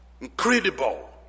Incredible